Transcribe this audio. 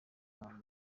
mugenzi